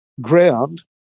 ground